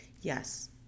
yes